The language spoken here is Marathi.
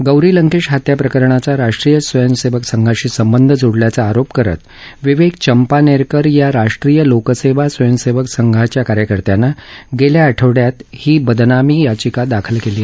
गौरी लंकेश हत्या प्रकरणाचा राष्ट्रीय स्वयंसेवक संघाचा संबंध जोडल्याचा आरोप करत विवेक चंपानेरकर या राष्ट्रीय लोकसेवा स्वयंसेवक संघांच्या कार्यकर्त्यानं गेल्या आठवडयात ही बदनामी याचिका दाखल केली आहे